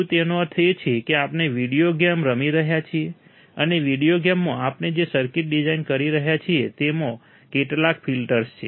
શું તેનો અર્થ એ છે કે આપણે વિડીયોગેમ રમી રહ્યા છીએ અને વિડીયોગેમમાં આપણે જે સર્કિટ ડિઝાઇન કરી રહ્યા છીએ તેમાં કેટલાક ફિલ્ટર્સ છે